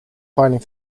filing